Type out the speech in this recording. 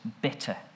bitter